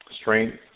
strength